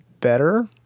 better